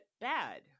bad